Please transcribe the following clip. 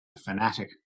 fanatic